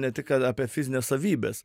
ne tik kad apie fizines savybes